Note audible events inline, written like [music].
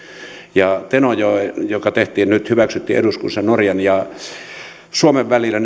ja tenojoki sopimuksessahan joka tehtiin nyt hyväksyttiin eduskunnassa norjan ja suomen välillä [unintelligible]